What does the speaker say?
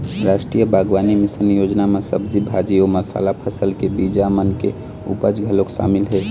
रास्टीय बागबानी मिसन योजना म सब्जी भाजी अउ मसाला फसल के बीजा मन के उपज घलोक सामिल हे